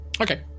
Okay